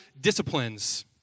disciplines